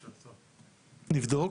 נבדוק.